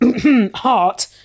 heart